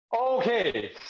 Okay